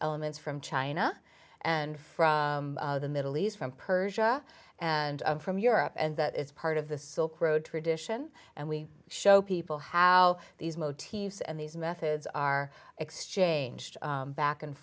elements from china and from the middle east from persia and from europe and that is part of the silk road tradition and we show people how these motifs and these methods are exchanged back and